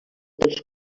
dels